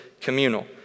communal